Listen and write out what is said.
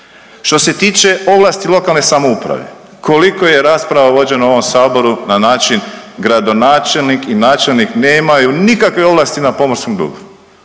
Što se tiče ovlasti lokalne samouprave koliko je rasprava vođeno u ovom Saboru na način gradonačelnik i načelnik nemaju nikakve ovlasti na pomorskom dobru.